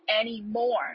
anymore